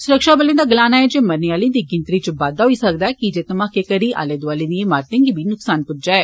सुरक्षाबले दा गलाना ऐ जे मरने आले दी गिनतरी इच बाद्वा होई सकदा ऐ कि जे धमाके करी आले दौआले दिएं इमारते गी बी नुक्सान पुज्जा ऐ